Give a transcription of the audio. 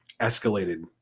escalated